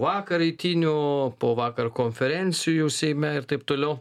vakar eitynių po vakar konferencijų seime ir taip toliau